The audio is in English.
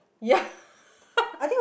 yeah